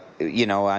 you know, and